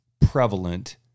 prevalent